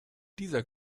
dieser